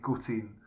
gutting